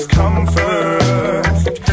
comfort